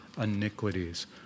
iniquities